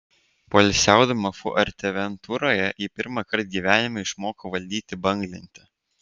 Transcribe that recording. poilsiaudama fuerteventuroje ji pirmąkart gyvenime išmoko valdyti banglentę